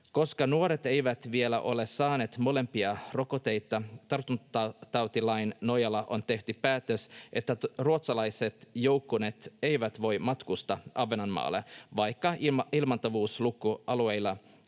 Koska nuoret eivät vielä ole saaneet molempia rokotteita, tartuntatautilain nojalla on tehty päätös, että ruotsalaiset joukkueet eivät voi matkustaa Ahvenanmaalle, vaikka ilmaantuvuusluku alueilla,